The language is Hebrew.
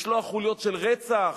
לשלוח חוליות של רצח.